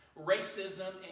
racism